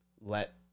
let